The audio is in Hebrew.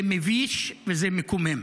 זה מביש וזה מקומם.